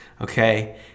Okay